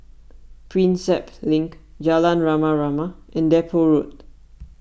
Prinsep Link Jalan Rama Rama and Depot Road